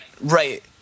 right